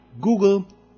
Google